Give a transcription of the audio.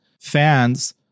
Fans